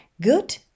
Good